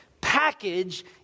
package